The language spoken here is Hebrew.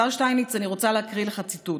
השר שטייניץ, אני רוצה להקריא לך ציטוט: